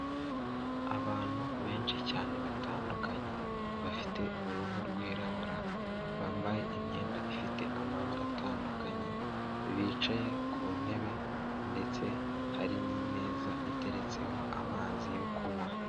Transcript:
Abantu benshi cyane batandukanye bafite uruhu rwirabura bambaye imyenda ifite amabara atandukanye, bicaye ku ntebe ndetse hari n'imeza iteretseho amazi yo kunywa.